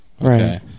Right